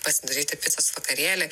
pasidaryti picos vakarėlį